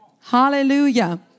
Hallelujah